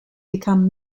become